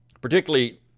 Particularly